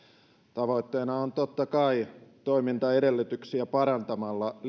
tavoitteena on totta kai toimintaedellytyksiä parantamalla lisätä